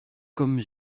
comme